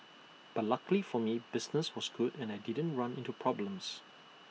but luckily for me business was good and I didn't run into problems